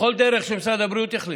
בכל דרך שמשרד הבריאות יחליט,